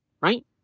Right